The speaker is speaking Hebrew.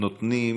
נותנים